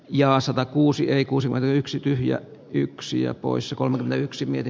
ja satakuusi ei kuusela yksi tyhjä yksia poissa kolme yksi miki